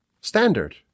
standard